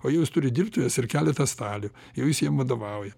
o jau jis turi dirbtuves ir keletą stalių jau jis jiem vadovauja